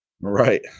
Right